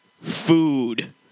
Food